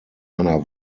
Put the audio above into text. einer